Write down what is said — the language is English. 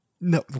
No